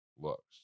looks